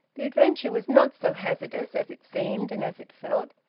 the adventure was not so hazardous as it seemed and as it felt.